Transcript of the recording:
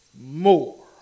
more